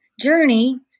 journey